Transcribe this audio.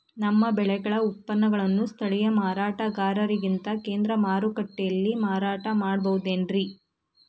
ನಮ್ಮ ಬೆಳೆಗಳ ಉತ್ಪನ್ನಗಳನ್ನ ಸ್ಥಳೇಯ ಮಾರಾಟಗಾರರಿಗಿಂತ ಕೇಂದ್ರ ಮಾರುಕಟ್ಟೆಯಲ್ಲಿ ಮಾರಾಟ ಮಾಡಬಹುದೇನ್ರಿ?